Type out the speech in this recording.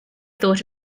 thought